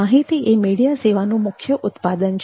માહિતી એ મીડિયા સેવાનું મુખ્ય ઉત્પાદન છે